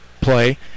play